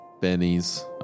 Benny's